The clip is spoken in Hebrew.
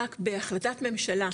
רק בהחלטת ממשלה,